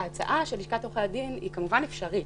ההצעה של לשכת עורכי הדין היא כמובן אפשרית.